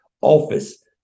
office